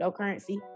cryptocurrency